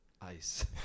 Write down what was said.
ice